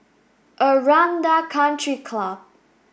Aranda Country Club